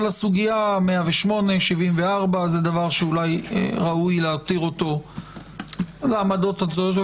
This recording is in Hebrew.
אבל הסוגיה 108 או 74 היא דבר שאולי ראוי להותיר אותו לעמדות השונות.